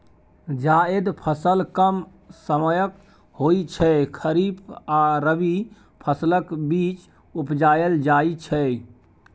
जाएद फसल कम समयक होइ छै खरीफ आ रबी फसलक बीच उपजाएल जाइ छै